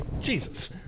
Jesus